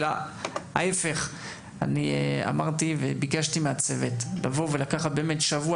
להפך - ביקשתי מהצוות לבוא ולקחת שבוע